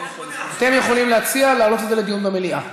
אתם יכולים להציע להעלות את זה לדיון במליאה.